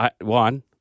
one